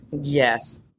Yes